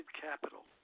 capital